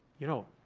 you know.